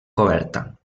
coberta